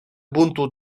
buntu